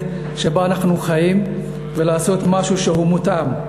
שבה אנחנו חיים ולעשות משהו שהוא מותאם.